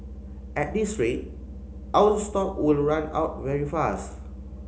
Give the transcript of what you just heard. at this rate our stock will run out very fast